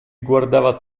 guardava